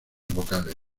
vocales